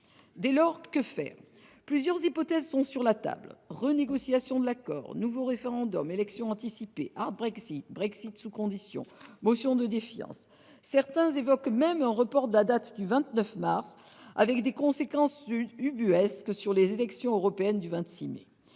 Dès lors, que faire ? Plusieurs hypothèses sont sur la table : renégociation de l'accord, nouveau référendum, élections anticipées,, Brexit sous conditions, motion de défiance ... Certains évoquent même un report de la date du 29 mars, avec des conséquences ubuesques sur les élections européennes du 26 mai.